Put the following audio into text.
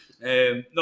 No